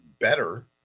better